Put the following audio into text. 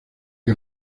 que